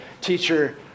teacher